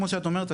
כמו שאת אומרת,